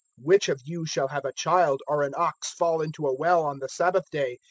which of you shall have a child or an ox fall into a well on the sabbath day,